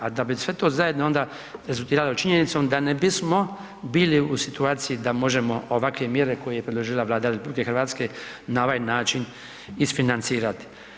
A da bi sve to zajedno onda rezultirali činjenicom da ne bismo bili u situaciji da možemo ovakve mjere koje je predložila Vlada RH na ovaj način isfinancirati.